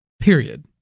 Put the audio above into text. Period